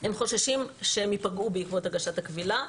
הם חוששים שהם ייפגעו בעקבות הגשת הקבילה.